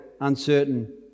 uncertain